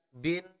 Bin